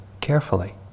carefully